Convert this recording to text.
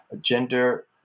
gender